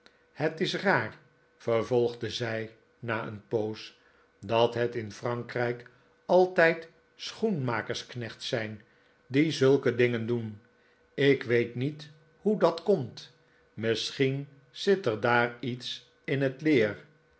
het is raar vervolgde zij na een poos dat het in frankrijk altijd schoenmakersknechts zijn die zulke dingen doen ik weet niet hoe dat komt misschien zit er daar iets in het leer